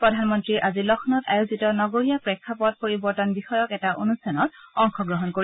প্ৰধানমন্ত্ৰীয়ে আজি লক্ষ্ণৌত আয়োজিত নগৰীয়া প্ৰেক্ষাপট পৰিৱৰ্তন বিষয়ক এটা অনুষ্ঠানত অংশগ্ৰহণ কৰিব